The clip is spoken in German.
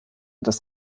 das